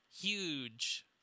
huge